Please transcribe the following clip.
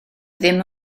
ddim